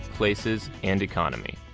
places, and economy.